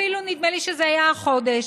ואפילו נדמה לי שזה היה החודש,